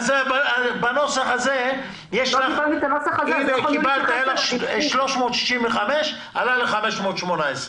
בנוסח הזה, אם המספר היה 365, הוא עלה ל-518.